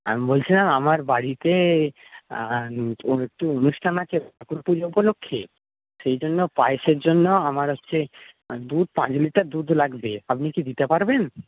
আমি বলছিলাম আমার বাড়িতে একটু অনুষ্ঠান আছে ঠাকুর পুজো উপলক্ষ্যে সেইজন্য পায়েসের জন্য আমার হচ্ছে দুধ পাঁচ লিটার দুধ লাগবে আপনি কি দিতে পারবেন